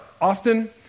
often